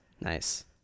Nice